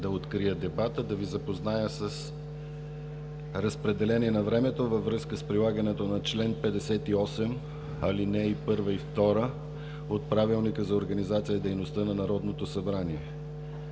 да открия дебата, да Ви запозная с разпределението на времето във връзка с прилагането на чл. 58, ал. 1 и 2 от Правилника за организацията и дейността на Народното събрание.